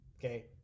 Okay